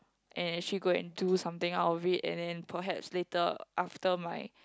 and actually go and do something outreach and perhaps later after my